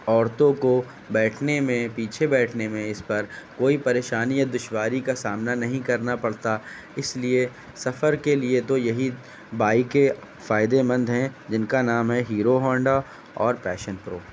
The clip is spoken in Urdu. عورتوں کو بیٹھنے میں پیچھے بیٹھنے میں اس پر کوئی پریشانی یا دشواری کا سامنا نہیں کرنا پرتا اس لئے سفر کے لئے تو یہی بائیکیں فائدہ مند ہیں جن کا نام ہیرو ہانڈا اور پیشن پرو